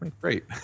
great